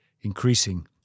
increasing